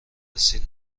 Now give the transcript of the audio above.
رسید